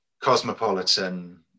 cosmopolitan